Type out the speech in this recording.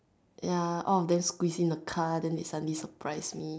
ya all of them squeeze in the car then they suddenly surprise me